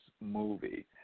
movie